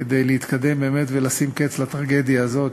כדי להתקדם באמת ולשים קץ לטרגדיה הזאת,